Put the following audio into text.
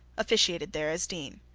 officiated there as dean.